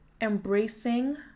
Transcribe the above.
embracing